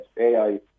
AI